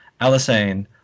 Alisane